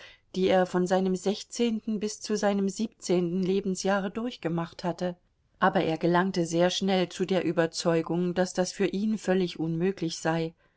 die er von seinem sechzehnten bis zu seinem siebzehnten lebensjahre durchgemacht hatte aber er gelangte sehr schnell zu der überzeugung daß das für ihn völlig unmöglich sei